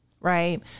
right